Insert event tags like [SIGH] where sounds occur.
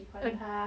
[NOISE]